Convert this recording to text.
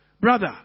Brother